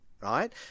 right